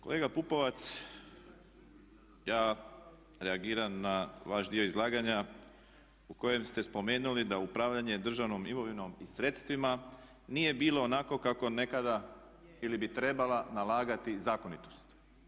Kolega Pupovac ja reagiram na vaš dio izlaganja u kojem ste spomenuli da upravljanje državnom imovinom i sredstvima nije bilo onako kako nekada bi trebala nalagati zakonitost.